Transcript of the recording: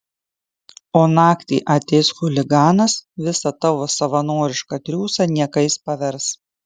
o naktį ateis chuliganas visą tavo savanorišką triūsą niekais pavers